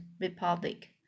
republic